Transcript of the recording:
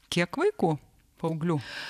kiek vaikų paauglių